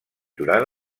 durant